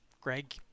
Greg